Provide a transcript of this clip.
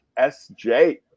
SJ